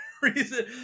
reason